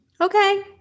okay